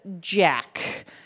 jack